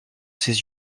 ses